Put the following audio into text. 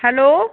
hello